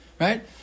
Right